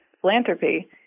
philanthropy